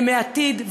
הם העתיד,